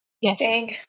yes